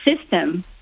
system